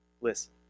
listen